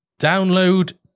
Download